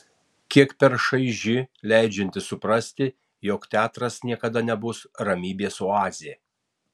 kiek per šaiži leidžianti suprasti jog teatras niekada nebus ramybės oazė